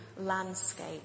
landscape